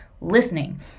listening